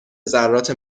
ذرات